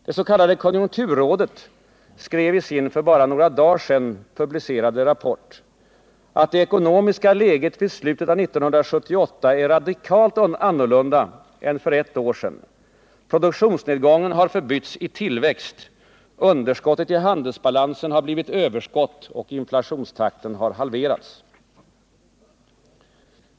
Det s.k. konjunkturrådet skrev i sin för bara några dagar sedan publicerade rapport, att ”det ekonomiska läget vid slutet av 1978 är radikalt annorlunda än för ett år sedan. Produktionsnedgången har förbytts i tillväxt. Underskottet i handelsbalansen har blivit överskott och inflationstakten har halverats”.